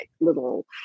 little